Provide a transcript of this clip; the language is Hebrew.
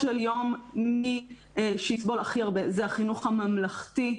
של יום מי שיסבול הכי הרבה זה החינוך הממלכתי,